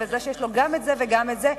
וזה שיש לו גם את זה וגם את זה,